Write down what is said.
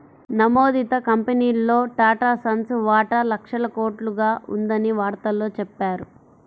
నమోదిత కంపెనీల్లో టాటాసన్స్ వాటా లక్షల కోట్లుగా ఉందని వార్తల్లో చెప్పారు